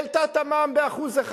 העלתה את המע"מ ב-1%.